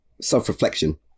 self-reflection